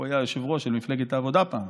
הוא היה יושב-ראש של מפלגת העבודה פעם.